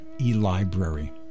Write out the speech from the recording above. e-library